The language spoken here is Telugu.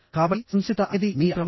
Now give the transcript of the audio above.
కాబట్టి సంసిద్ధత అనేది మీ అప్రమత్తత